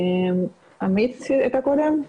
עמית שהייתה קודם,